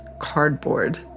cardboard